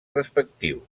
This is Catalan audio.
respectius